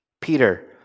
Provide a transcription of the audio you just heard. Peter